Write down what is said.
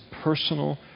personal